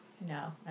No